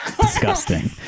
disgusting